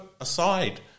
aside